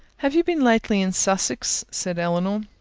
have you been lately in sussex? said elinor.